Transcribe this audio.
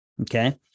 okay